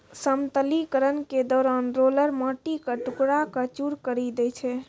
समतलीकरण के दौरान रोलर माटी क टुकड़ा क चूर करी दै छै